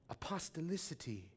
apostolicity